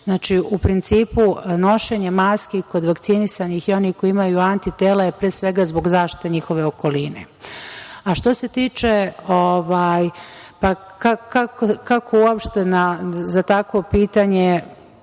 u principu, nošenje maski kod vakcinisanih i onih koji imaju antitela je pre svega zbog zaštite njihove okoline. Što se tiče drugog pitanja, kako se uopšte za takvo pitanje